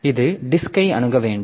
எனவே இது டிஸ்கை அணுக வேண்டும்